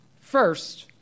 First